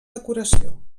decoració